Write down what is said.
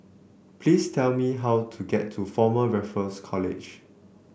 please tell me how to get to Former Raffles College